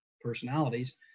personalities